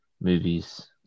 movies